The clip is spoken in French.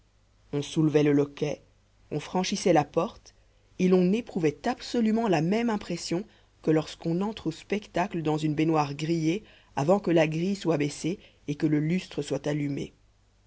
on soulevait le loquet on franchissait la porte et l'on éprouvait absolument la même impression que lorsqu'on entre au spectacle dans une baignoire grillée avant que la grille soit baissée et que le lustre soit allumé